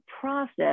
process